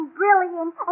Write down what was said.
brilliant